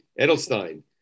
Edelstein